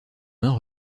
mains